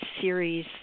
series